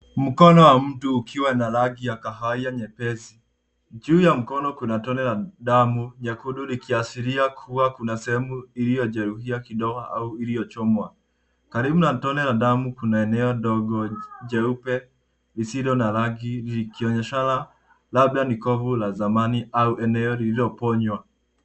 Mkono wa mtu ukiwa na rangi ya kahawia nyepesi, juu ya mkono kuna tone la damu nyekundu likiashiria kua kuna sehemu iliyojeruhiwa kidogo au iliychomwa, karibu na tone la damu kuna eneo dogo jeupe lisili na rangi likionyeshana labda ni kovu la zaman au eneo lililoponywa.